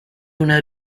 una